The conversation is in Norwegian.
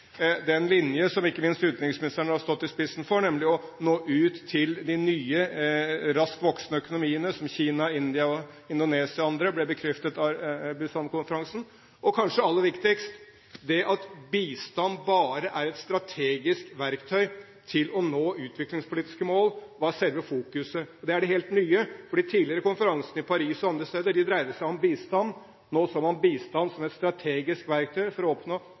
Den linjen som ikke minst utenriksministeren har stått i spissen for, nemlig å nå ut til de nye, raskt voksende økonomiene, som Kina, India, Indonesia og andre, ble bekreftet av Busan-konferansen. Og, kanskje aller viktigst, det at bistand bare er et strategisk verktøy for å nå utviklingspolitiske mål, var selve fokuset. Og det er det helt nye, for de tidligere konferansene, i Paris og andre steder, dreide seg om bistand. Nå så man bistand som et strategisk verktøy for å oppnå